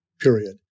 period